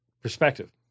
perspective